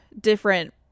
different